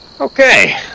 Okay